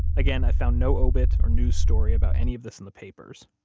again, i found no obit or news story about any of this in the papers.